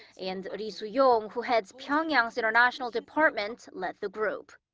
and ri su-yong, who heads pyeongyang's international department, led the group.